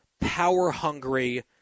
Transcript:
power-hungry